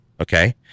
Okay